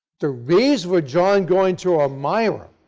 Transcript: the reason for john going to elmira